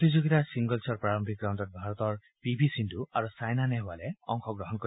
প্ৰতিযোগিতাৰ ছিংগলছৰ প্ৰাৰম্ভিত ৰাউণ্ডত ভাৰতৰ পি ভি সিন্ধু আৰু ছাইনা নেহৱালে অংশগ্ৰহণ কৰিব